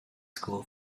school